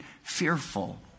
fearful